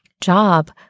job